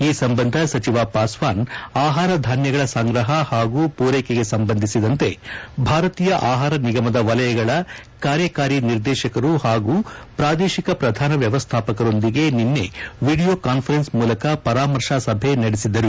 ಈ ಸಂಬಂಧ ಸಚಿವ ಪಾಸ್ವಾನ್ ಆಹಾರಧಾನ್ಯಗಳ ಸಂಗ್ರಹ ಪಾಗೂ ಪೂರೈಕೆ ಸಂಬಂಧಿಸಿದಂತೆ ಭಾರತೀಯ ಆಹಾರ ನಿಗಮದ ವಲಯಗಳ ಕಾರ್ಯಕಾರಿ ನಿರ್ದೇಶಕರು ಪಾಗೂ ಪ್ರಾದೇಶಿಕ ಪ್ರಧಾನ ವ್ಯವಸ್ಥಾಪಕರೊಂದಿಗೆ ನನ್ನ ಎಡಿಯೋ ಕಾನ್ಸರೆನ್ಸ್ ಮೂಲಕ ಪರಾಮರ್ಶಾ ಸಭೆ ನಡೆಸಿದರು